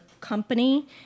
company